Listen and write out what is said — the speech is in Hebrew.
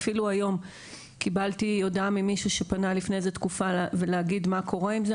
אפילו היום קיבלתי הודעה ממישהו שפנה לפני תקופה ולהגיד מה קורה עם זה,